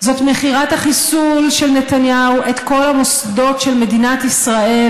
זאת מכירת החיסול של נתניהו את כל המוסדות של מדינת ישראל